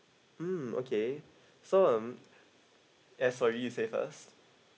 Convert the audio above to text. mm okay so um as for you say first